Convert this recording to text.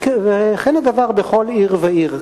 וכן הדבר בכל עיר ועיר.